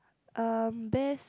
um best